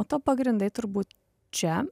o to pagrindai turbūt čia